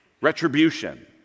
retribution